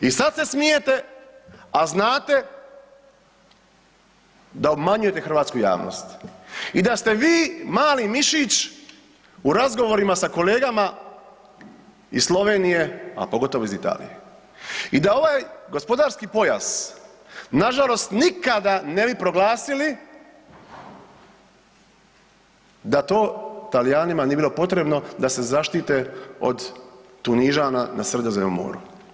I sad se smijete, a znate da obmanjujete hrvatsku javnost i da ste vi mali mišić u razgovorima sa kolegama iz Slovenije, a pogotovo iz Italije i da ovaj gospodarski pojas nažalost nikada ne bi proglasili da to Talijanima nije bilo potrebno da se zaštite od Tunižana na Sredozemnom moru.